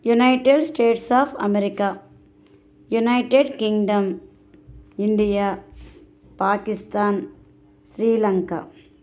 United states of America United Kingdom India Pakistan Sri Lanka